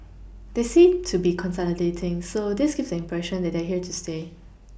they seem to be consolidating so this gives the impression that they are here to stay